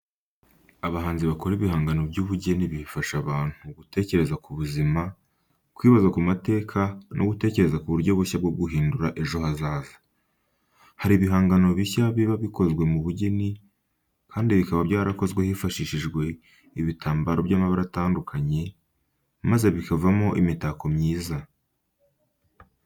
Abahanzi bakora ibihangano by'ubugeni bifasha abantu gutekereza ku buzima, kwibaza ku mateka no gutekereza ku buryo bushya bwo guhindura ejo hazaza. Hari ibihangano bishya biba bikozwe mu bugeni kandi bikaba byarakozwe hifashishijwe ibitambaro by'amabara atandukanye, maze bikavamo imitako myiza.